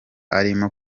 arimo